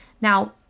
Now